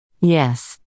Yes